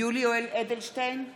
אנטאנס שחאדה, אחמד טיבי,